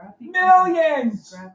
Millions